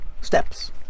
steps